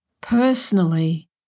Personally